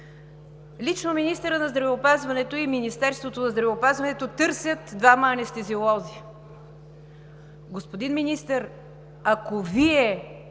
Лично министърът на здравеопазването и Министерството на здравеопазването търсят двама анестезиолози. Господин Министър, ако сте